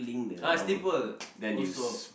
uh slipper also